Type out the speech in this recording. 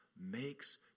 makes